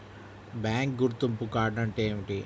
Bank గుర్తింపు card అంటే ఏమిటి?